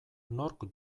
nork